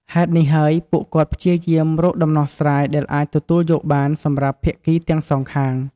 ហេតុនេះហើយ ពួកគាត់ព្យាយាមរកដំណោះស្រាយដែលអាចទទួលយកបានសម្រាប់ភាគីទាំងសងខាង។